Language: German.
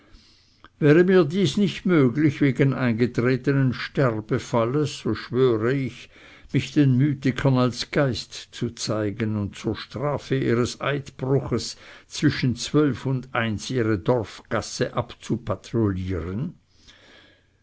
wäre mir dies nicht möglich wegen eingetretenen sterbefalles so schwöre ich mich den mythikern als geist zu zeigen und zur strafe ihres eidbruches zwischen zwölf und eins ihre dorfgasse